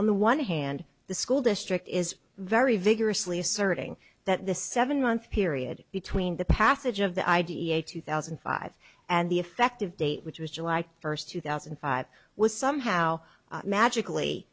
on the one hand the school district is very vigorously asserting that the seven month period between the passage of the i d e a two thousand and five and the effective date which was july first two thousand and five was somehow magically